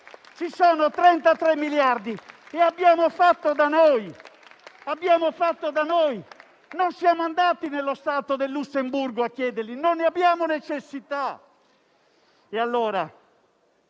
Ci sono 33 miliardi e abbiamo fatto da noi. Non siamo andati nello Stato del Lussemburgo a chiederli; non ne abbiamo necessità.